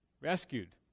Rescued